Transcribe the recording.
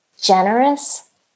generous